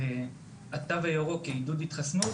על ה"תו הירוק" כעידוד להתחסנות